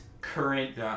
current